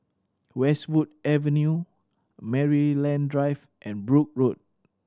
Westwood Avenue Maryland Drive and Brooke Road